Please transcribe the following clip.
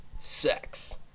sex